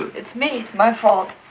it's me. my fault.